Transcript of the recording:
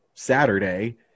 saturday